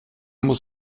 muss